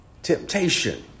temptation